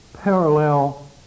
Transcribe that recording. parallel